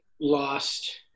lost